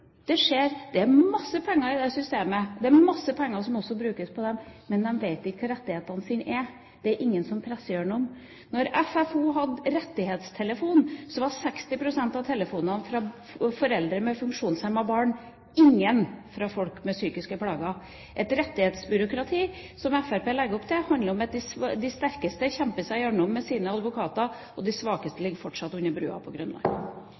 det skjer! Det er masse penger i dette systemet. Det er masse penger som også brukes på disse, men de vet ikke hvilke rettigheter de har, det er ingen som presser igjennom. Da Funksjonshemmedes Fellesorganisasjon hadde rettighetstelefon, var 60 pst. av telefonene fra foreldre med funksjonshemmede barn, ingen fra folk med psykiske plager. Et rettighetsbyråkrati, som Fremskrittspartiet legger opp til, handler om at de sterkeste kjemper seg igjennom med sine advokater, og de svakeste ligger fortsatt under broen på